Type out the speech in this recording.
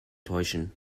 täuschen